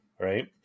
right